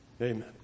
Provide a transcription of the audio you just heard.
Amen